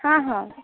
ହଁ ହଁ